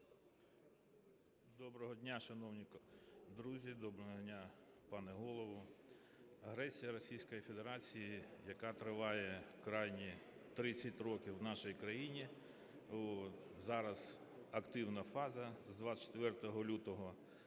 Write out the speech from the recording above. Доброго дня, шановні друзі! Доброго дня, пане Голово! Агресія Російської Федерації, яка триває крайні 30 років в нашій країні, зараз активна фаза з 24 лютого.